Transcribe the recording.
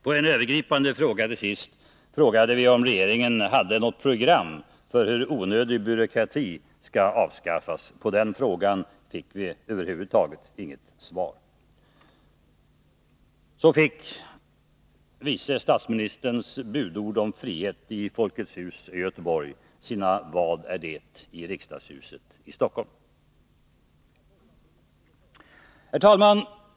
På en övergripande fråga om regeringen hade något program för hur onödig byråkrati skall avskaffas fick vi över huvud taget inget svar. Så fick vice statsministerns budord om frihet i Folkets Hus i Göteborg sina ”Vad är det?” i riksdagshuset i Stockholm. Herr talman!